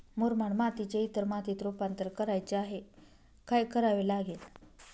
मुरमाड मातीचे इतर मातीत रुपांतर करायचे आहे, काय करावे लागेल?